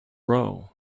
row